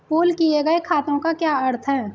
Pool किए गए खातों का क्या अर्थ है?